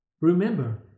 Remember